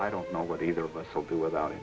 i don't know what either of us will do without it